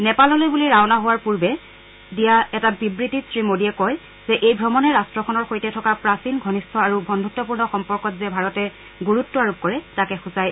নেপাললৈ বুলি ৰাওনা হোৱাৰ পূৰ্বে দিয়া এটা বিবৃতিত শ্ৰীমোডীয়ে কয় যে এই ভ্ৰমণে ৰাষ্ট্ৰখনৰ সৈতে থকা পুৰণিকলীয়া ঘনিষ্ঠ আৰু বন্ধুত্পূৰ্ণ সম্পৰ্কত যে ভাৰতে গুৰুত্ব আৰোপ কৰে তাকে সূচায়